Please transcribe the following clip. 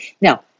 Now